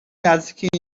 نزدیک